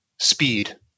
speed